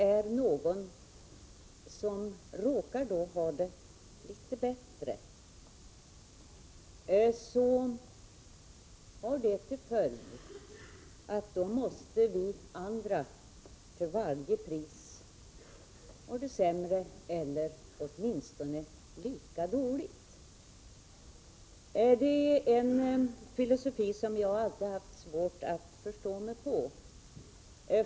Om någon råkar ha det litet bättre, får det till följd att vi andra till varje pris måste ha det sämre, eller åtminstone ha det lika dåligt. Det är en filosofi som jag alltid har haft svårt att förstå mig på.